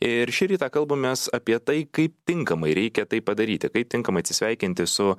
ir šį rytą kalbamės apie tai kaip tinkamai reikia tai padaryti kaip tinkamai atsisveikinti su